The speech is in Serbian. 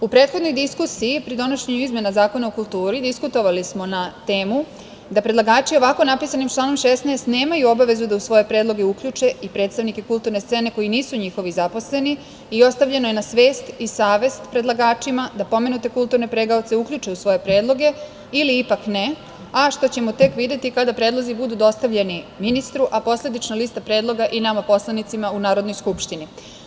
U prethodnoj diskusiji pri donošenju izmena Zakona o kulturi diskutovali smo na temu da predlagači ovako napisanim članom 16. nemaju obavezu da u svoje predloge uključe i predstavnike kulturne scene koji nisu njihovi zaposleni i ostavljeno je na svest i savest predlagačima da pomenute kulturne pregaoce uključe u svoje predloge ili ipak ne, a što ćemo tek videti kada predlozi budu dostavljeni ministru, a posledično lista predloga i nama poslanicima u Narodnoj skupštini.